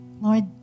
Lord